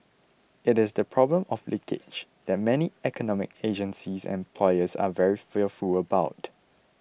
it is the problem of leakage that many economic agencies and employers are very fearful about